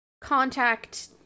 contact